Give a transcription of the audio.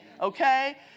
okay